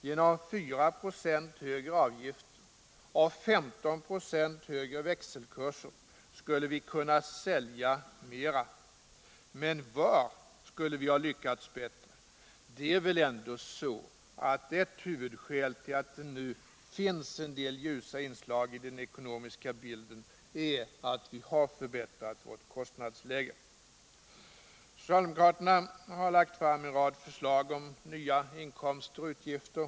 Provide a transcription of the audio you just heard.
Genom en 4 96 högre avgift och 15 96 högre växelkurser skulle vi kunna sälja mera! Men var skulle vi ha lyckats bättre? Det är väl ändå så att ett huvudskäl till att det nu finns en del ljusa inslag i den ekonomiska bilden är att vi har förbättrat vårt kostnadsläge. Socialdemokraterna har lagt fram en rad förslag om nya inkomster och utgifter.